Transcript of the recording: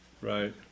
Right